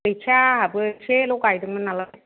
गैथ्रा आहाबो एसेल' गायदोंमोन नालाय